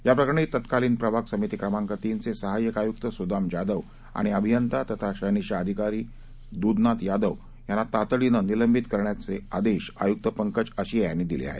या प्रकरणी तत्कालीन प्रभाग समिती क्रमांक तीनचे सहाय्यक आयुक्त सुदाम जाधव आणि अभियंता तथा शहानिशा अधिकारी दूधनाथ यादव यांना तातडीने निलंबित करण्याचे आदेश आयुक्त पंकज आशिया यांनी दिले आहेत